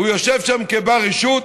הוא יושב שם כבר-רשות,